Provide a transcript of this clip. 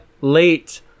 late